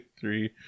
three